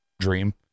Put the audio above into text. dream